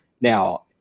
Now